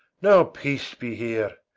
now, peace be here,